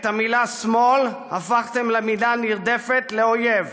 את המילה שמאל הפכתם למילה נרדפת לאויב.